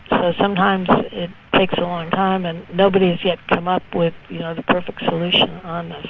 so sometimes it takes a long time and nobody has yet come up with you know the perfect solution on